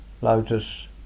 Lotus